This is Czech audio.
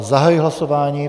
Zahajuji hlasování.